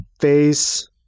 face